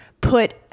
put